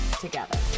together